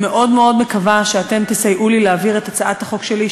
ומאוד מאוד מקווה שאתם תסייעו לי להעביר את הצעת החוק שלי,